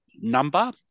number